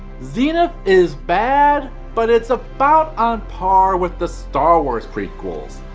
zenith is bad but it's about on par with the star wars prequels.